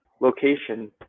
location